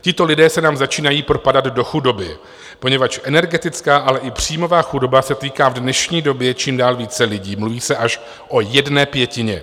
Tito lidé se nám začínají propadat do chudoby, poněvadž energetická, ale i příjmová chudoba se týká v dnešní době čím dál více lidí, mluví se až o jedné pětině.